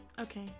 Okay